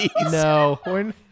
No